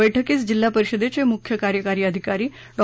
बैठकीस जिल्हा परिषदेचे मुख्य कार्यकारी अधिकारी डॉ